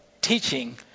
teaching